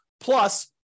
plus